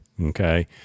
okay